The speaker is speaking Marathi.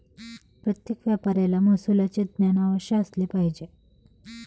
प्रत्येक व्यापाऱ्याला महसुलाचे ज्ञान अवश्य असले पाहिजे